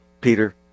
Peter